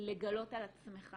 לגלות על עצמך